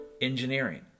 engineering